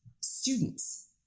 students